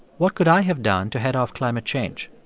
what could i have done to head off climate change.